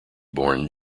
born